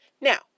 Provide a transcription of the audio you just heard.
Now